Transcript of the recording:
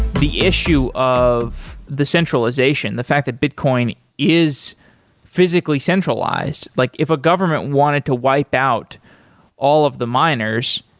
the issue of the centralization, the fact that bitcoin is physically centralized, like if a government wanted to wipe out all of the miners,